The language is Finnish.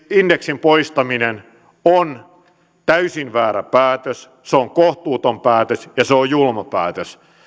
indeksin poistaminen on täysin väärä päätös se on kohtuuton päätös ja se on julma päätös